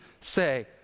say